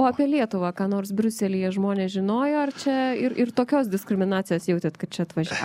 o apie lietuvą ką nors briuselyje žmonės žinojo ar čia ir ir tokios diskriminacijos jautėt kai čia atvažiavot